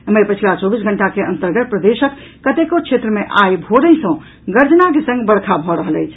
एम्हर पछिला चौबीस घंटा के अंतर्गत प्रदेशक कतेको क्षेत्र मे आइ भोरहिँ सँ गर्जना के संग वर्षा भऽ रहल अछि